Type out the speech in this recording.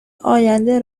آینده